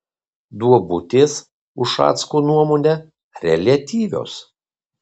duobutės ušacko nuomone reliatyvios